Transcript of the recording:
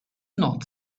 not